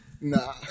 Nah